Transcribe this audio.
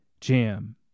Jam